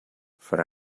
for